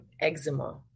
eczema